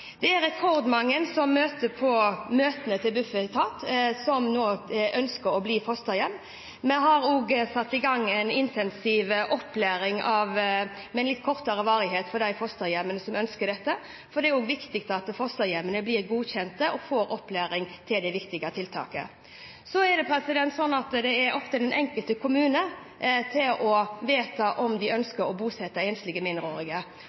Det er rekordmange som kommer på møtene til Bufetat, og som ønsker å bli fosterhjem. Vi har også satt i gang en intensiv opplæring – med litt kortere varighet for de fosterhjemmene som ønsker dette – for det er også viktig at fosterhjemmene blir godkjent og får opplæring for dette viktige tiltaket. Så er det sånn at det er opp til den enkelte kommune å vedta om de ønsker å bosette enslige mindreårige.